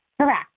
Correct